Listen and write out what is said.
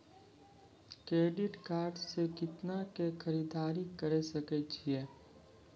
Credit card से कितना के खरीददारी करे सकय छियै?